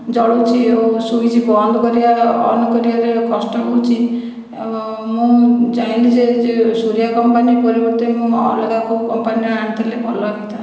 ଜଳୁଛି ଓ ସୁଇଚ୍ ବନ୍ଦ କରିବାର ଅନ୍ କରିବାରେ କଷ୍ଟ ହେଉଛି ଓ ମୁଁ ଯାଇଥିଲି ସେ ସୂର୍ଯ୍ୟା କମ୍ପାନୀ ପରିବର୍ତ୍ତେ ମୁଁ ଅଲଗା କେଉଁ କମ୍ପାନୀରୁ ଆଣିଥିଲେ ଭଲ ହେଇଥାନ୍ତା